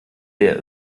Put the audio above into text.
leer